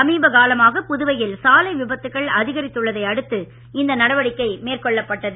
சமீப காலமாக புதுவையில் சாலை விபத்துக்கள் அதிகரித்துள்ளதை அடுத்து இந்த நடவடிக்கை மேற்கொள்ளப்பட்டது